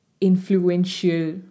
influential